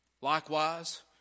Likewise